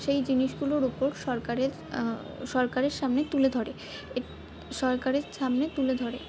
সেই জিনিসগুলোর উপর সরকারের সরকারের সামনে তুলে ধরে সরকারের সামনে তুলে ধরে